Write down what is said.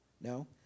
No